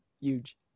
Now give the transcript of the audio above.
huge